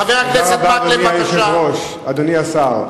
אדוני היושב-ראש, אדוני השר,